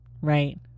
Right